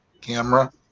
camera